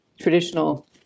traditional